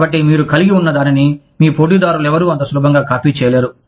కాబట్టి మీరు కలిగి ఉన్న దానిని మీ పోటీదారులెవరూ అంత సులభంగా కాపీ చేయలేరు